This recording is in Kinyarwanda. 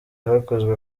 hakozwe